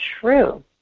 true